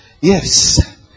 Yes